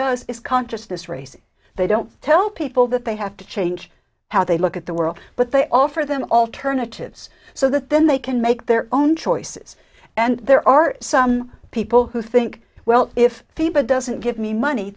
does is consciousness race they don't tell people that they have to change how they look at the world but they offer them alternatives so that then they can make their own choices and there are some people who think well if people doesn't give me money